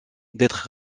d’être